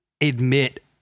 admit